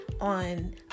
on